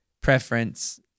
preference